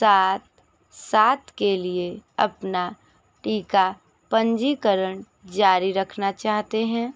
सात सात के लिए अपना टीका पंजीकरण जारी रखना चाहते हैं